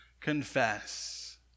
confess